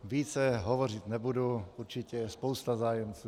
Více hovořit nebudu, určitě je spousta zájemců.